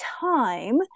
time